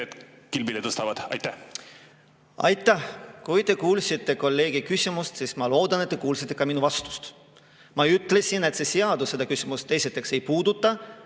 kilbile tõstavad? Aitäh! Kui te kuulsite kolleegi küsimust, siis ma loodan, et te kuulsite ka minu vastust. Ma ütlesin, et see seadus seda küsimust ei puuduta.